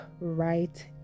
right